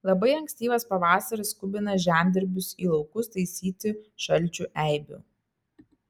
labai ankstyvas pavasaris skubina žemdirbius į laukus taisyti šalčių eibių